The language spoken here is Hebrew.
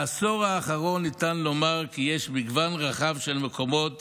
בעשור האחרון ניתן לומר כי יש מגוון רחב של מקומות